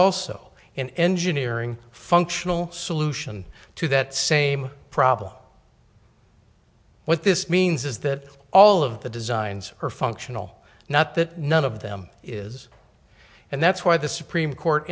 also an engineering functional solution to that same problem what this means is that all of the designs are functional not that none of them is and that's why the supreme court